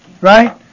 right